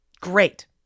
great